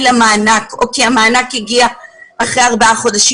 למענק או כי המענק הגיע אחרי ארבעה חודשים,